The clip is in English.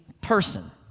person